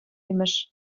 имӗш